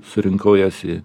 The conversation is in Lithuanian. surinkau jas į